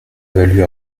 valu